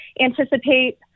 anticipate